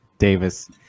Davis